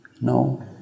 No